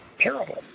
terrible